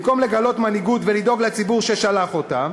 במקום לגלות מנהיגות ולדאוג לציבור ששלח אותם,